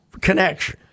connection